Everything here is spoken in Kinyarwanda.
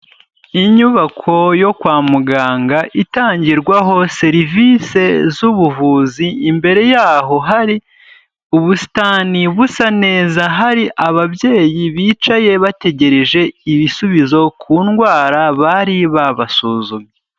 Inyubako yo kwa muganga itangirwaho serivisi z'ubuvuzi, imbere yaho hari ubusitani busa neza, hari ababyeyi bicaye bategereje ibisubizo ku ndwara bari babasuzumye.